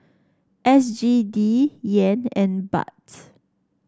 S G D Yen and Baht